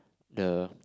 the